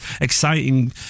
exciting